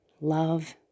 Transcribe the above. love